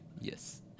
Yes